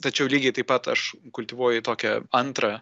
tačiau lygiai taip pat aš kultivuoju tokią antrą